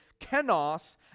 kenos